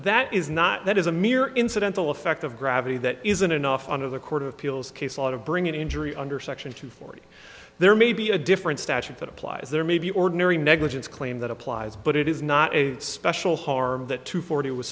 that is not that is a mere incidental effect of gravity that isn't enough on of the court of appeals case lot of bring in injury under section two forty there may be a different statute that applies there may be ordinary negligence claim that applies but it is not a special harm that to forty was